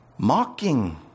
Mocking